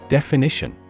Definition